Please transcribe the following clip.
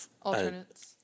Alternates